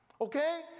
Okay